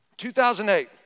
2008